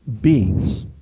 beings